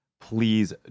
Please